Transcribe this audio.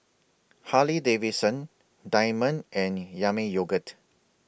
Harley Davidson Diamond and Yami Yogurt